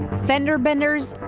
fender benders,